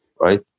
right